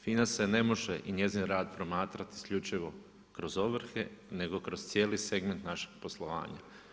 FINA se ne može i njezin rad promatrati isključivo kroz ovrhe, nego kroz cijeli segment našeg poslovanja.